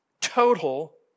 total